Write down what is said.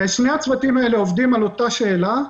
שני הצוותים האלה עובדים על אותה שאלה.